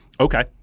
Okay